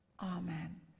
amen